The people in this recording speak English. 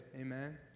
Amen